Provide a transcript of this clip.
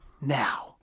now